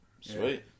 Sweet